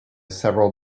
several